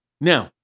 Now